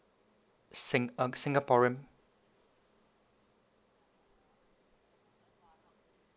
sing ah singaporean